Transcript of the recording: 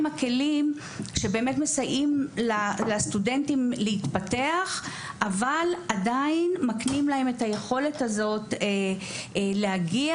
הכלים שמסייעים לסטודנטים להתפתח אבל עדיין מקנים להם את היכולת להגיע